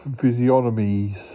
physiognomies